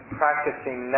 practicing